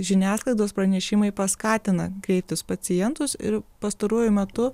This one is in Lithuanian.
žiniasklaidos pranešimai paskatina kreiptis pacientus ir pastaruoju metu